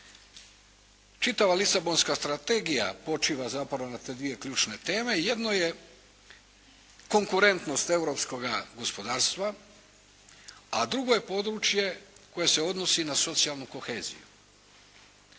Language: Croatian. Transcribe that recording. Čitava Lisabonska strategija počiva zapravo na te dvije ključne teme. Jedno je konkurentnost europskoga gospodarstva, a drugo je područje koje se odnosi na socijalnu koheziju.